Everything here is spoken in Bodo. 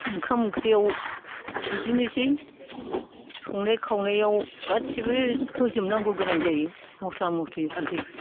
ओंखाम ओंख्रियाव बिदिनोसै संनाय खावनायाव गासैबो होजोबनांगौ गोनां जायो मस्ला मस्लि हालदै